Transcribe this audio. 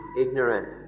ignorant